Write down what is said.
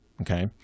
okay